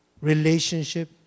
relationship